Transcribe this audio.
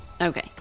Okay